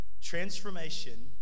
Transformation